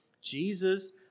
Jesus